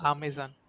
Amazon